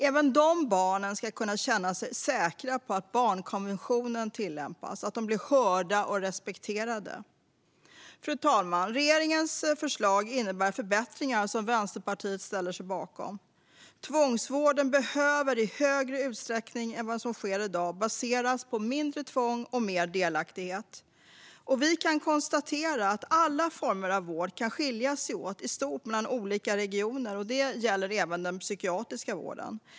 Även de barnen ska kunna känna sig säkra på att barnkonventionen tillämpas, att de blir hörda och respekterade. Fru talman! Regeringens förslag innebär förbättringar som Vänsterpartiet ställer sig bakom. Tvångsvården behöver i större utsträckning än vad som sker i dag baseras på mindre tvång och mer delaktighet. Vi kan konstatera att alla former av vård kan skilja sig stort mellan olika regioner, och det gäller även den psykiatriska vården.